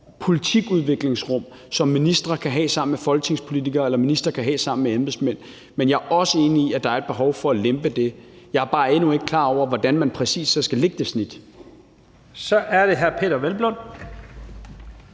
politikudviklingsrum, som ministre kan have sammen med folketingspolitikere eller sammen med embedsmænd, men jeg er også enig i, at der er et behov for at lempe det. Jeg er bare endnu ikke klar over, hvordan man så præcis skal lægge det snit. Kl. 11:45 Første